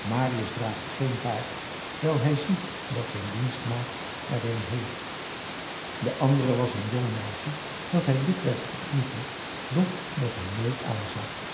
marius draagt geen baard wijl hij ziet dat zijn dienstmaagd er een heeft de andere was een jong meisje dat hij dikwerf ontmoette doch dat hij nooit aanzag